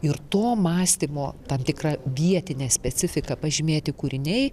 ir to mąstymo tam tikra vietine specifika pažymėti kūriniai